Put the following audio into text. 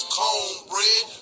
cornbread